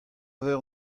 eur